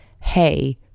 Hey